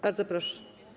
Bardzo proszę.